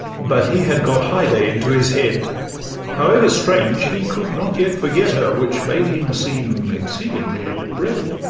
but he had got haidee into his head however strange, he could not yet forget her, which made him seem exceedingly ill-bred.